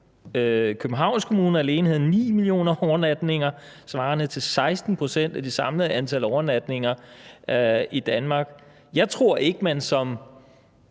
Københavns Kommune alene havde 9 millioner overnatninger svarende til 16 pct. af det samlede antal overnatninger i Danmark. Jeg tror ikke, at man som